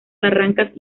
barrancas